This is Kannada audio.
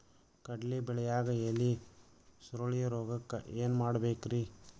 ಕಡ್ಲಿ ಬೆಳಿಯಾಗ ಎಲಿ ಸುರುಳಿರೋಗಕ್ಕ ಏನ್ ಮಾಡಬೇಕ್ರಿ?